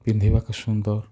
ପିନ୍ଧିବାକୁ ସୁନ୍ଦର